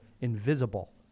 invisible